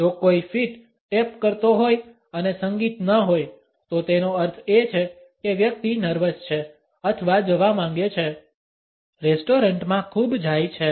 જો કોઈ feet tap કરતો હોય અને સંગીત ન હોય તો તેનો અર્થ એ છે કે વ્યક્તિ નર્વસ છે અથવા જવા માંગે છે રેસ્ટોરંટ માં ખૂબ જાય છે